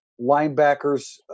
linebackers